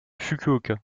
fukuoka